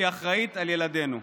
היא אחראית לילדינו.